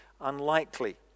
unlikely